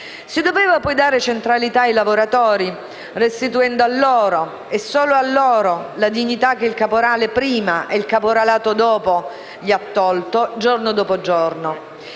Si doveva poi dare centralità ai lavoratori, restituendo loro - e solo a loro - la dignità che il caporale prima e il caporalato dopo gli hanno tolto, giorno dopo giorno.